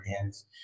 hands